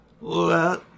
let